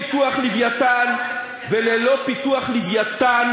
אין פיתוח "לווייתן", וללא פיתוח "לווייתן"